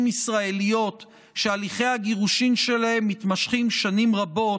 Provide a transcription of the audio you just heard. ישראליות שהליכי הגירושין שלהן מתמשכים שנים רבות,